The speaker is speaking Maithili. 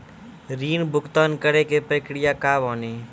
ऋण भुगतान करे के प्रक्रिया का बानी?